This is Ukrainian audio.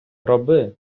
роби